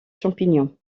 champignons